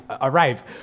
arrive